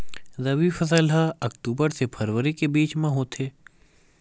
रबी फसल हा अक्टूबर से फ़रवरी के बिच में होथे